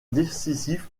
décisif